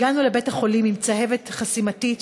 הגענו לבית-החולים עם צהבת חסימתית,